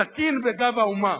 סכין בגב האומה.